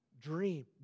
dream